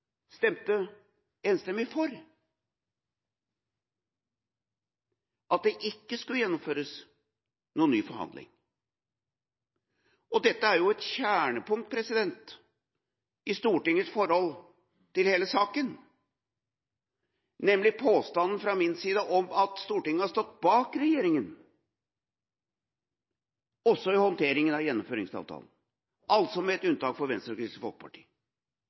stemte enstemmig for at det ikke skulle gjennomføres noen ny forhandling. Dette er et kjernepunkt i Stortingets forhold til hele saka, nemlig påstanden fra min side om at Stortinget har stått bak regjeringa også i håndteringa av Gjennomføringsavtalen, med unntak av Venstre og Kristelig Folkeparti.